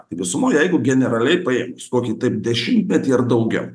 visumoj jeigu generaliai paėmus dešimtmetį ar daugiau